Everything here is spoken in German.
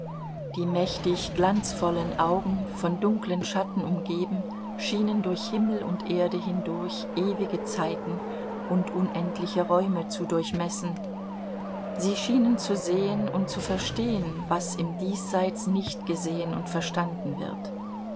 die mächtig glanzvollen augen von dunklen schatten umgeben schienen durch himmel und erde hindurch ewige zeiten und unendliche räume zu durchmessen sie schienen zu sehen und zu verstehen was im diesseits nicht gesehen und verstanden wird